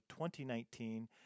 2019